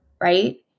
Right